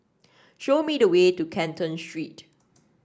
show me the way to Canton Street